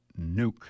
Nuke